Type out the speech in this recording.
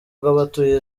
bw’abatuye